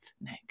Nick